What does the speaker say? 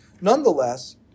nonetheless